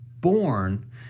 born